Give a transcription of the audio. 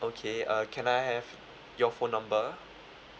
okay uh can I have your phone number